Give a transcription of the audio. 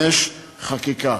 5. חקיקה,